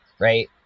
right